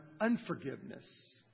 unforgiveness